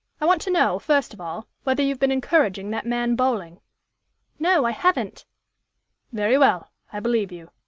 i want to know, first of all, whether you've been encouraging that man bowling no, i haven't very well, i believe you.